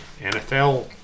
NFL